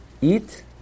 eat